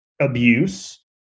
abuse